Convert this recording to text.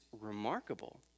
remarkable